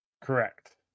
Correct